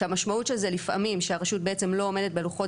שהמשמעות של זה לפעמים שהרשות בעצם לא עומדת בלוחות